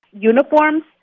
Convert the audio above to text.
uniforms